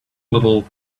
little